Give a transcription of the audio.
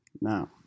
Now